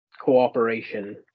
cooperation